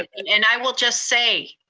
and and and i will just say,